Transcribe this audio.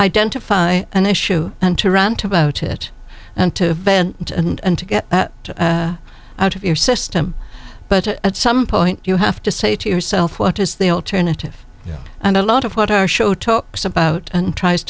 identify an issue and to rant about it and to vent and to get out of your system but at some point you have to say to yourself what is the alternative and a lot of what our show talks about and tries